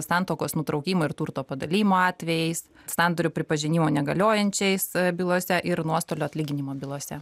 santuokos nutraukimo ir turto padalijimo atvejais sandorių pripažinimo negaliojančiais bylose ir nuostolių atlyginimo bylose